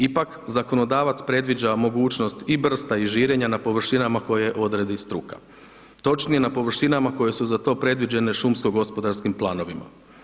Ipak, zakonodavac predviđa mogućnost i brsta i žirenja na površinama koje odredi struka, točnije na površinama koje su za to predviđene šumsko gospodarskim planovima.